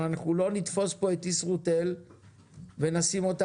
הרי אנחנו לא נתפוס פה את ישרוטל ונשים אותה